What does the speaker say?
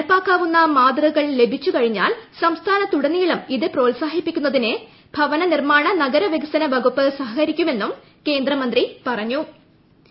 നടപ്പാക്കാവുന്ന മാതൃകകൾ ലഭിച്ചുകഴിഞ്ഞാൽ സംസ്ഥാനങ്ങളിലുടനീളം ഇത് പ്രോത്സാഹിപ്പിക്കുന്നതിന് ഭവന നിർമ്മാണ്ട് നഗരവികസന വകുപ്പ് സഹകരിക്കുമെന്ന് കേന്ദ്ര മന്ത്രി പുറഞ്ഞു്